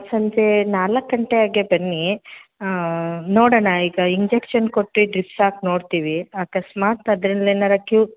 ಸಂಜೆ ನಾಲ್ಕು ಗಂಟೆ ಹಾಗೆ ಬನ್ನಿ ನೋಡೋಣ ಈಗ ಇಂಜೆಕ್ಷನ್ ಕೊಟ್ಟು ಡ್ರಿಪ್ಸ್ ಹಾಕ್ ನೋಡ್ತೀವಿ ಅಕಸ್ಮಾತ್ ಅದ್ರಲ್ಲೇನಾರೂ ಕ್ಯೂ